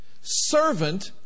servant